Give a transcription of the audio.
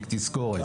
לתזכורת.